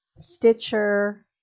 stitcher